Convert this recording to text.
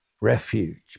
refuge